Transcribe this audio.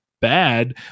bad